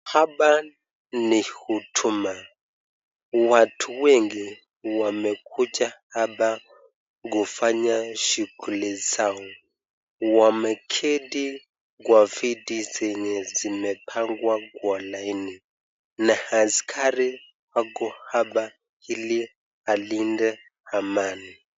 Hapa ni huduma, watu wengi wamekuja hapa kufanya shughuli zao. Wameketi kwa viti zenye zimepangwa kwa laini na askari ako hapa ili alinde amani.